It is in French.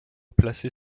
placé